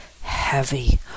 heavy